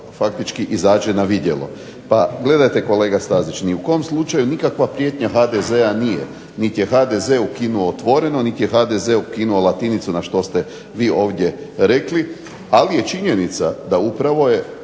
faktički izađe na vidjelo. Pa gledajte kolega Stazić, ni u kom slučaju nikakva prijetnja HDZ-a nije. Niti je HDZ ukinuo Otvoreno, niti je HDZ ukinuo Latinicu na što ste vi ovdje rekli, ali je činjenica da upravo je